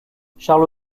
charles